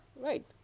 right